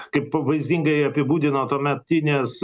kaip vaizdingai apibūdino tuometinės